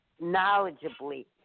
knowledgeably